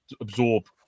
absorb